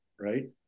right